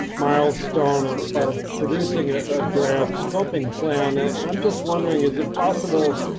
milestone um of producing a draft scoping plan. and i'm just wondering. is it possible?